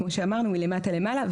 כמו שאמרנו, מלמטה למעלה.